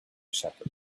shepherd